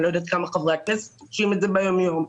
אני לא יודעת כמה פוגשים את זה ביום יום.